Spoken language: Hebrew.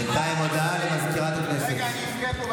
בינתיים, הודעה לסגנית מזכיר הכנסת.